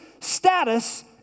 status